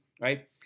right